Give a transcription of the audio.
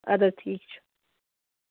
ادٕ حظ ٹھیٖک چھُ